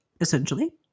essentially